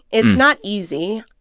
it's not easy.